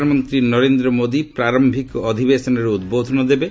ପ୍ରଧାନମନ୍ତ୍ରୀ ନରେନ୍ଦ୍ର ମୋଦି ପ୍ରାର୍ୟିକ ଅଧିବେଶନରେ ଉଦ୍ବୋଧନ ଦେବେ